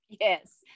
Yes